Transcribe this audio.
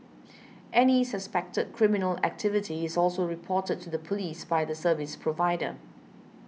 any suspected criminal activity is also reported to the police by the service provider